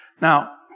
Now